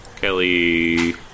Kelly